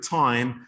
time